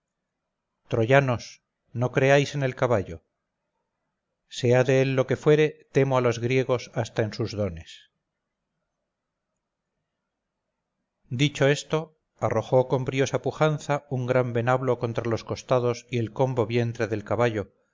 troyanos no creáis en el caballo sea de él lo que fuere temo a los griegos hasta en sus dones dicho esto arrojó con briosa pujanza un gran venablo contra los costados y el combo vientre del caballo